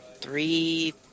Three